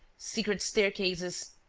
secret staircases.